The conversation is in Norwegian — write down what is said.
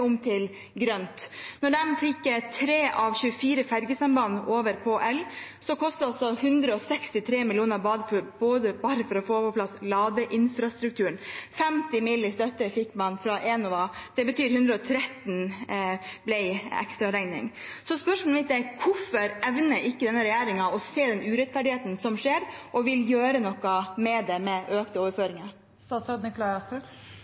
om til grønt. Da de fikk 3 av 24 fergesamband over på elektrisitet, kostet det 163 mill. kr bare å få på plass ladeinfrastrukturen. Man fikk 50 mill. kr i støtte fra Enova. Det betyr at ekstraregningen ble på 113 mill. kr. Spørsmålet mitt er: Hvorfor evner ikke denne regjeringen å se den urettferdigheten som skjer, og vil gjøre noe med det med økte